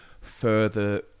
further